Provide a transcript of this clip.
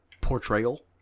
portrayal